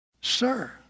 sir